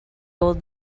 old